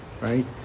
right